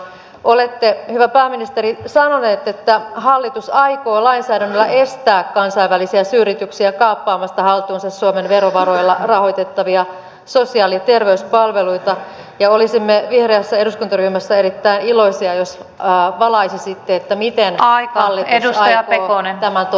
olette hyvä pääministeri sanonut että hallitus aikoo lainsäädännöllä estää kansainvälisiä suuryrityksiä kaappaamasta haltuunsa suomen verovaroilla rahoitettavia sosiaali ja terveyspalveluita ja olisimme vihreässä eduskuntaryhmässä erittäin iloisia jos valaisisitte miten hallitus aikoo tämän toteuttaa